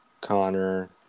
Connor